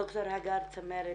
ד"ר הגר צמרת,